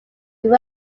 grew